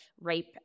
rape